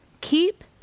Keep